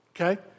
okay